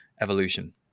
evolution